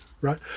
right